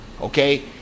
Okay